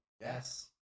Yes